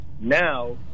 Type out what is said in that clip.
now